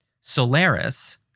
Solaris